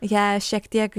ją šiek tiek